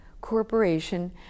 corporation